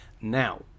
Now